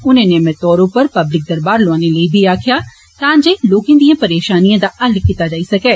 उनें नियमित तौर उप्पर पब्लिक दरवार लोओन लेई बी आक्खेआ तां जे लोकें दिए परेशानिएं दा हल कीता जाई सकै